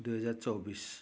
दुई हजार चौबिस